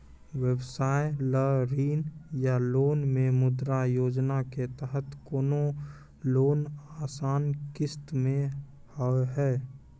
व्यवसाय ला ऋण या लोन मे मुद्रा योजना के तहत कोनो लोन आसान किस्त मे हाव हाय?